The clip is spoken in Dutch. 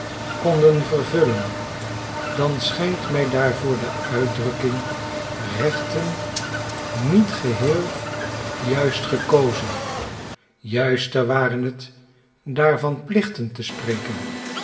konden vervullen dan schijnt mij daarvoor de uitdrukking rechten niet geheel juist gekozen juister ware het daar van plichten te spreken